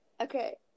Okay